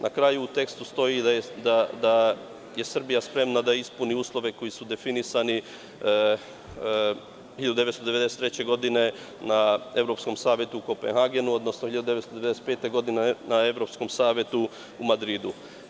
Na kraju u tekstu stoji da je Srbija spremna da ispuni uslove koji su definisani 1993. godine na Evropskom savetu u Kopenhagenu, odnosno 1995. godine na Evropskom savetu u Madridu.